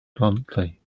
bluntly